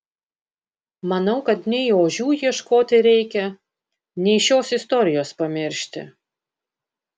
manau kad nei ožių ieškoti reikia nei šios istorijos pamiršti